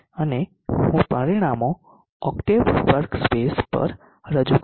અને હું પરિણામો ઓક્ટેવ વર્કસ્પેસ પર રજૂ કરીશ